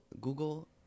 Google